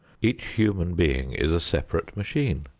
each human being is a separate machine.